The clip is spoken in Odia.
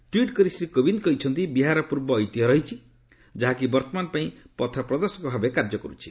ଟ୍ପିଟ୍ କରି ଶ୍ରୀ କୋବିନ୍ଦ କହିଛନ୍ତି ବିହାରର ପୂର୍ବ ଐତିହ୍ୟ ରହିଛି ଯାହାକି ବର୍ତ୍ତମାନ ପାଇଁ ପଥପ୍ରଦର୍ଶକ ଭାବେ କାର୍ଯ୍ୟ କରୁଛି